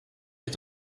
est